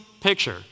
picture